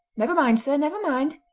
never mind, sir! never mind!